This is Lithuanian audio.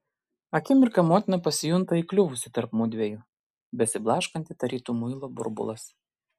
akimirką motina pasijunta įkliuvusi tarp mudviejų besiblaškanti tarytum muilo burbulas